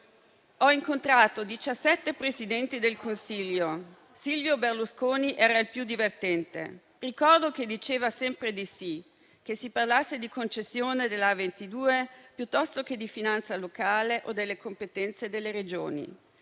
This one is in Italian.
ha incontrato 17 Presidenti del Consiglio e Silvio Berlusconi era il più divertente. Ricorda che diceva sempre di sì, che si parlasse di concessione della A22 piuttosto che di finanza locale o delle competenze delle Regioni;